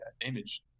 image